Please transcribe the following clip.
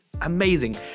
amazing